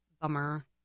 bummer